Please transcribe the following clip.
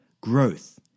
growth